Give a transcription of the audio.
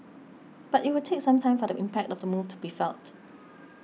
but it will take some time for the impact of the move to be felt